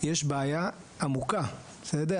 יש בעיה עמוקה, בסדר?